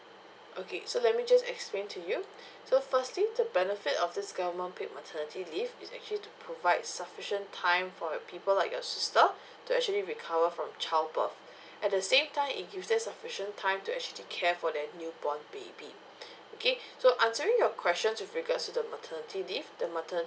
okay so let me just explain to you so firstly the benefit of this government paid maternity leave is actually to provide sufficient time for your people like your sister to actually recover from the child birth at the same time it gives them sufficient time to actually take care for their newborn baby okay so answering your questions with regards to the maternity leave the materni~